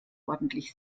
ordentlich